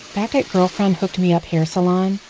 back at girlfriend hooked me up hair salon,